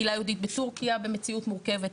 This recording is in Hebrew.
קהילה יהודית בטורקיה במציאות מורכבת,